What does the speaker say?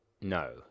No